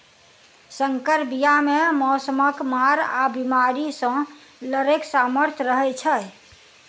सँकर बीया मे मौसमक मार आ बेमारी सँ लड़ैक सामर्थ रहै छै